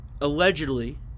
allegedly